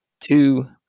Two